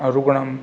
रुग्णं